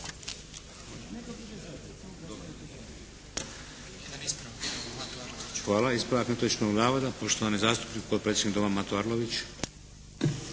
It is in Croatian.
Hvala. Ispravak netočnog navoda, poštovani zastupnik, potpredsjednik Doma Mato Arlović.